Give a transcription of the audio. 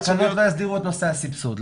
התקנות לא יסדירו את נושא הסבסוד.